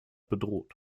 bedroht